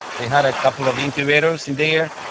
they had a couple of incubators in there,